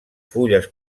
fulles